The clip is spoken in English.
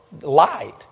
light